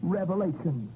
revelation